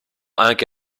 anche